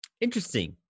Interesting